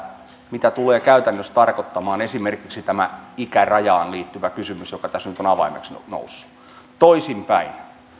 mitä tulee käytännössä tarkoittamaan esimerkiksi tämä ikärajaan liittyvä kysymys joka tässä nyt on avaimeksi noussut toisinpäin